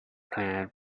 plan